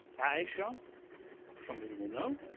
a'isha some of you will know.